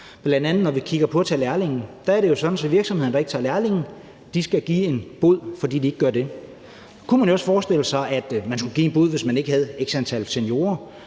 bl.a. når vi kigger på at tage lærlinge. Der er det jo sådan, at virksomheder, der ikke tager lærlinge, skal betale en bod, fordi de ikke gør det. Man kunne jo også forestille sig, at man skulle betale en bod, hvis man ikke havde x-antal seniorer.